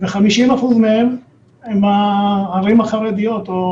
50% מהם הם בערים החרדיות או